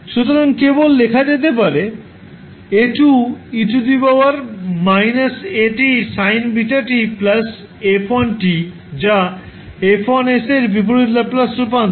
সুতরাং কেবল লেখা যেতে পারে 𝐴2𝑒−𝛼𝑡 sin βt 𝑓1𝑡 যা 𝐹1 𝑠 এর বিপরীত ল্যাপ্লাস রূপান্তর